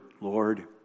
Lord